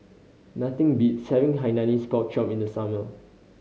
nothing beats having Hainanese Pork Chop in the summer